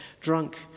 drunk